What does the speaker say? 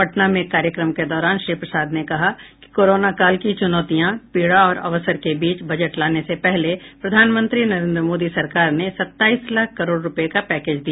पटना में एक कार्यक्रम के दौरान श्री प्रसाद ने कहा कि कोरोना काल की चुनौतियां पीड़ा और अवसर के बीच बजट लाने से पहले प्रधानमंत्री नरेन्द्र मोदी की सरकार ने सत्ताईस लाख करोड़ रूपये का पैकेज दिया